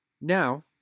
Now